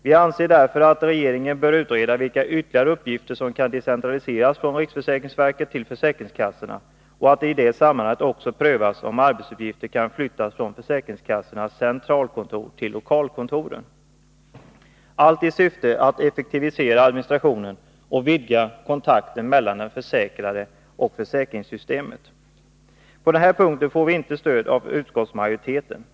Vi anser därför att regeringen bör utreda vilka ytterligare uppgifter som kan decentraliseras från riksförsäkringsverket till försäkringskassorna, och att man i det sammanhanget också bör pröva om arbetsuppgifter kan flyttas från försäkringskassornas centralkontor till lokalkontoren — allt i syfte att effektivisera administrationen och vidga kontakten mellan den försäkrade och försäkringssystemet. På den punkten har vi inte fått stöd av utskottsmajoriteten.